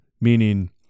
Meaning